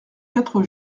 quatre